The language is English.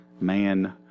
man